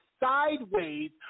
sideways